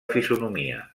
fisonomia